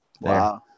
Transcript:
wow